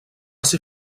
ser